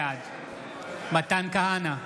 בעד מתן כהנא,